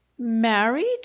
married